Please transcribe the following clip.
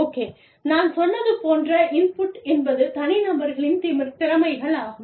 okay நான் சொன்னது போன்ற இன்புட் என்பது தனிநபர்களின் திறமைகள் ஆகும்